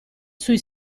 sui